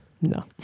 No